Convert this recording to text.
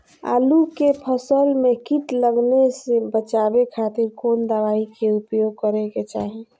आलू के फसल में कीट लगने से बचावे खातिर कौन दवाई के उपयोग करे के चाही?